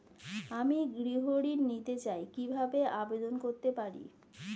আমি গৃহ ঋণ নিতে চাই কিভাবে আবেদন করতে পারি?